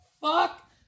fuck